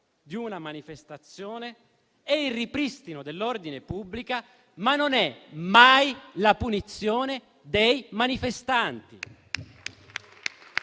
di una manifestazione e il ripristino dell'ordine pubblico, ma non è mai la punizione dei manifestanti.